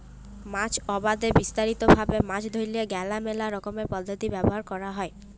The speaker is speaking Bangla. মাছ আবাদে বিস্তারিত ভাবে মাছ ধরতে গ্যালে মেলা রকমের পদ্ধতি ব্যবহার ক্যরা হ্যয়